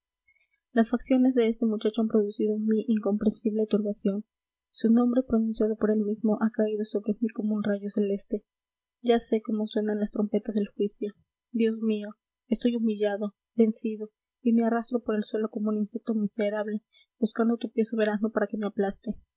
las facciones de este muchacho han producido en mí incomprensible turbación su nombre pronunciado por él mismo ha caído sobre mí como un rayo celeste ya sé cómo suenan las trompetas del juicio dios mío estoy humillado vencido y me arrastro por el suelo como un insecto miserable buscando tu pie soberano para que me aplaste